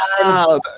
wow